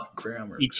grammar